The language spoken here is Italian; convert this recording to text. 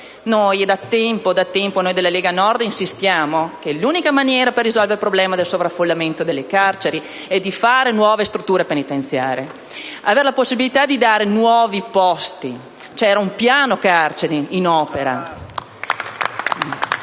Noi della Lega Nord da tempo insistiamo sul fatto che l'unica maniera per risolvere il problema del sovraffollamento nelle carceri è di fare nuove strutture penitenziarie ed avere la possibilità di dare nuovi posti. C'era un piano carceri in opera.